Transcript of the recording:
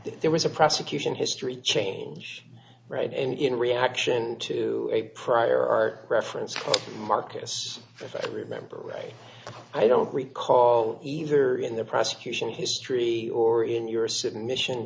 there was a prosecution history change right and in reaction to a prior art reference marcus if i remember right i don't recall either in the prosecution history or in your submission